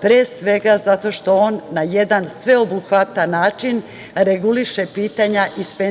pre svega zato što on na jedan sveobuhvatan način reguliše pitanja iz PIO